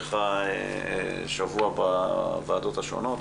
ובהמשך השבוע בוועדות השונות